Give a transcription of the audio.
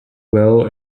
well